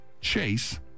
chase